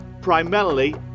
primarily